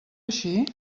així